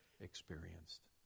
experienced